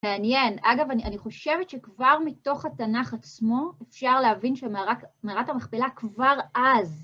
מעניין. אגב, אני חושבת שכבר מתוך התנ"ך עצמו אפשר להבין שמערת המכפלה כבר אז.